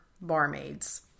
barmaids